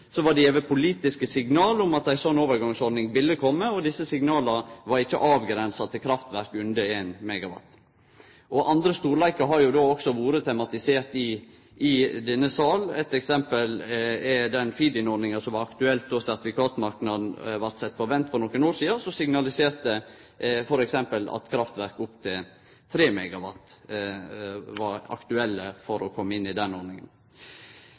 det gjeve politiske signal om at ei slik overgangsordning ville kome. Desse signala var ikkje avgrensa til kraftverk under 1 MW. Andre storleikar har også vore tematiserte i denne salen. Eit eksempel er den feed-in-ordninga som var aktuell då sertifikatmarknaden for nokre år sidan blei sett på vent, som signaliserte at kraftverk opptil 3 MW var aktuelle med omsyn til å kome inn under ordninga. For eit lite parti i